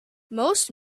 most